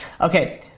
Okay